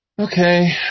okay